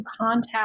contact